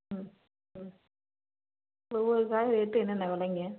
ம் ம் ஒவ்வொரு காயும் ரேட்டு என்னென்னா விலைங்க